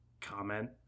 comment